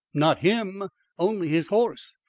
not him only his horse.